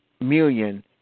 million